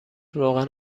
روغن